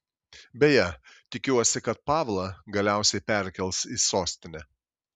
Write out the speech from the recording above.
beje tikiuosi kad pavlą galiausiai perkels į sostinę